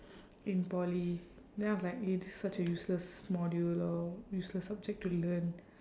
in poly then I was like eh this is such a useless module or useless subject to learn